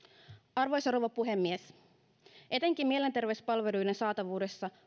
arvoisa rouva puhemies etenkin mielenterveyspalveluiden saatavuudessa